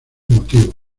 motivos